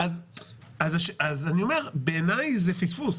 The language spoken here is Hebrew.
אני אומר שבעיניי זה פספוס.